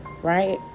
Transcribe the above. right